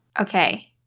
Okay